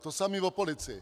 To samé o policii.